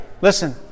Listen